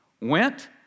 went